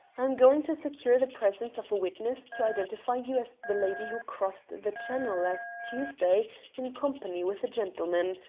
i am going to secure the presence of a witness to identify you as the lady who crossed the channel last tuesday in company with a gentleman.